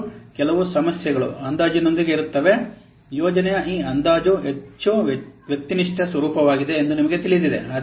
ಇದು ಕೆಲವು ಸಮಸ್ಯೆಗಳು ಅಂದಾಜಿನೊಂದಿಗೆ ಇರುತ್ತವೆ ಯೋಜನೆಯ ಈ ಅಂದಾಜು ಹೆಚ್ಚು ವ್ಯಕ್ತಿನಿಷ್ಠ ಸ್ವರೂಪವಾಗಿದೆ ಎಂದು ನಿಮಗೆ ತಿಳಿದಿದೆ